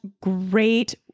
great